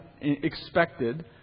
expected